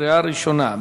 קריאה ראשונה.